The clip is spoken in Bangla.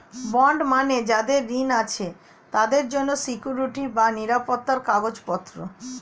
বন্ড মানে যাদের ঋণ আছে তাদের জন্য সিকুইরিটি বা নিরাপত্তার কাগজপত্র